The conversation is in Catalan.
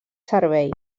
servei